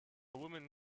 woman